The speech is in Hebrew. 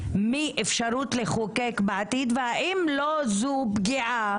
מאפשרות לחוקק בעתיד והאם לא זו פגיעה